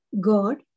God